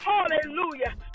Hallelujah